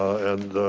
and,